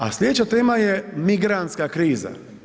A slijedeća tema je migrantska kriza.